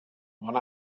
one